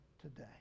today